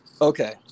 Okay